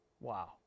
Wow